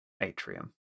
Atrium